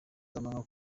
z’amanywa